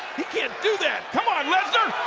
he can't do that. come on, lesnar.